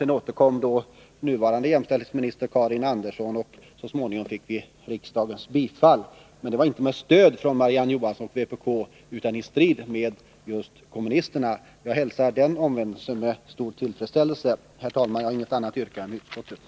Sedan återkom nuvarande jämställdhetsministern Karin Anderssoni frågan, och så småningom fick vi riksdagens bifall. Men det var inte med stöd från Marie-Ann Johansson och vpk, utan det var i strid med kommunisterna. Jag hälsar alltså den omvändelsen med stor tillfredsställelse. Herr talman! Jag har inget annat yrkande än utskottets.